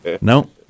No